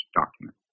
document